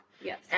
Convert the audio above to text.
Yes